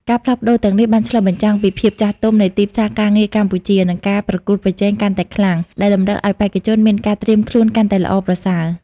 ការផ្លាស់ប្ដូរទាំងនេះបានឆ្លុះបញ្ចាំងពីភាពចាស់ទុំនៃទីផ្សារការងារកម្ពុជា និងការប្រកួតប្រជែងកាន់តែខ្លាំង ដែលតម្រូវឲ្យបេក្ខជនមានការត្រៀមខ្លួនកាន់តែល្អប្រសើរ។